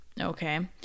okay